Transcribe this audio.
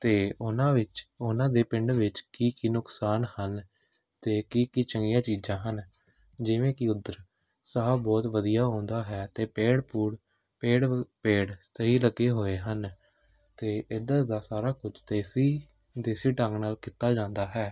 ਅਤੇ ਉਹਨਾਂ ਵਿੱਚ ਉਹਨਾਂ ਦੇ ਪਿੰਡ ਵਿੱਚ ਕੀ ਕੀ ਨੁਕਸਾਨ ਹਨ ਅਤੇ ਕੀ ਕੀ ਚੰਗੀਆਂ ਚੀਜ਼ਾਂ ਹਨ ਜਿਵੇਂ ਕਿ ਉੱਧਰ ਸਾਹ ਬਹੁਤ ਵਧੀਆ ਆਉਂਦਾ ਹੈ ਅਤੇ ਪੇੜ ਪੁੜ ਪੇੜ ਪੇੜ ਸਹੀ ਲੱਗੇ ਹੋਏ ਹਨ ਅਤੇ ਇੱਧਰ ਦਾ ਸਾਰਾ ਕੁਝ ਤੇਸੀ ਦੇਸੀ ਢੰਗ ਨਾਲ ਕੀਤਾ ਜਾਂਦਾ ਹੈ